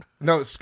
No